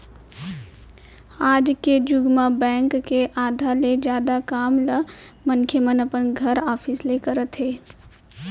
आज के जुग म बेंक के आधा ले जादा काम ल मनखे मन अपन घर, ऑफिस ले करत हे